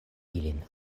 ilin